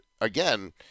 again